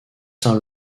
saint